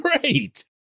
Great